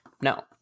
No